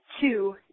two